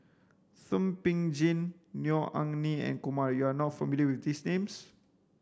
Thum Ping Tjin Neo Anngee and Kumar you are not familiar with these names